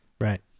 Right